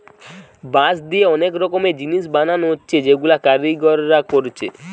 বাঁশ দিয়ে অনেক রকমের জিনিস বানানা হচ্ছে যেগুলা কারিগররা কোরছে